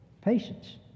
patience